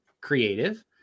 creative